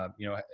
um you know,